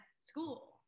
school